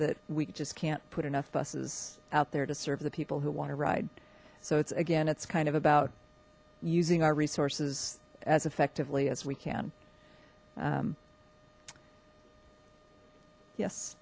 that we just can't put enough buses out there to serve the people who want to ride so it's again it's kind of about using our resources as effectively as we can